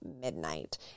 midnight